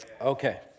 Okay